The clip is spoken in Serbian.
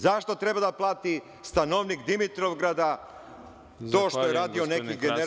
Za šta treba da plati stanovnik Dimitrovgrada to što je radio neki general u